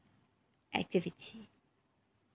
activity